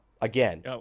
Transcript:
again